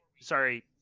Sorry